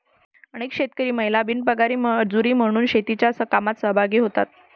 अनेक शेतकरी महिला बिनपगारी मजुरी म्हणून शेतीच्या कामात सहभागी होतात